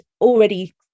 already